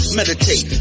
meditate